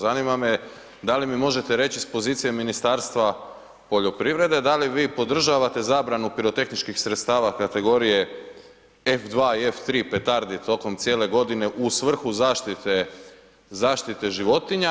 Zanima me, da li mi možete reći s pozicije Ministarstva poljoprivrede, da li vi podržavate zabranu pirotehničkih sredstava kategorije F2 i F3 petardi tokom cijele godine u svrhu zaštite životinja.